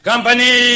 Company